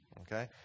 okay